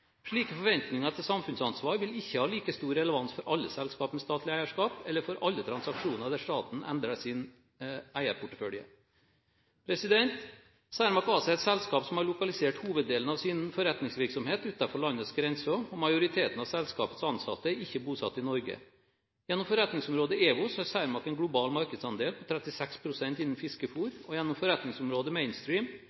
Slike forventninger til samfunnsansvar vil ikke ha like stor relevans for alle selskaper med statlig eierskap eller for alle transaksjoner der staten endrer sin eierportefølje. Cermaq ASA er et selskap som har lokalisert hoveddelen av sin forretningsvirksomhet utenfor landets grenser, og majoriteten av selskapets ansatte er ikke bosatt i Norge. Gjennom forretningsområdet EWOS har Cermaq en global markedsandel på 36 pst. innen